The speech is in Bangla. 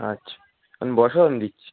আচ্ছা আমি বসো আমি দিচ্ছি